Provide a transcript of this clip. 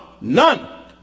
None